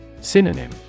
Synonym